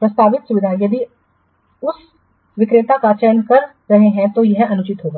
प्रस्तावित सुविधा यदि आप उस विक्रेता का चयन कर रहे हैं तो यह अनुचित होगा